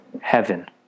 heaven